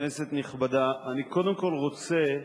כנסת נכבדה, אני קודם כול רוצה להודות,